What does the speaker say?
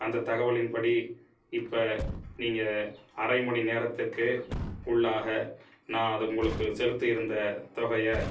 அந்த தகவலின் படி இப்போ நீங்கள் அரைமணிநேரத்துக்கு உள்ளாக நான் அதை உங்களுக்கு செலுத்தியிருந்த தொகையை